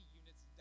units